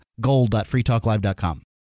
gold.freetalklive.com